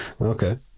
okay